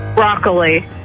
Broccoli